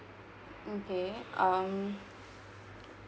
okay um